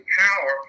power